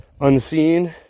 unseen